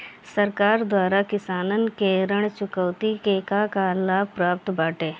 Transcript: सरकार द्वारा किसानन के ऋण चुकौती में का का लाभ प्राप्त बाटे?